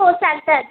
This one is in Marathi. हो चालतात